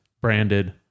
branded